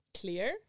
clear